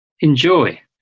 enjoy